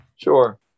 Sure